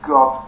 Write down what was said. God